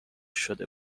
شده